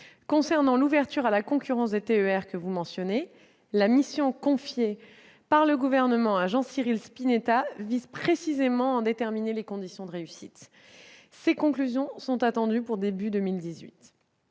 Concernant l'ouverture à la concurrence des TER que vous avez mentionnée, la mission confiée par le Gouvernement à Jean-Cyril Spinetta vise précisément à en déterminer les conditions de réussite. Les conclusions de cette mission sont attendues pour le début de 2018.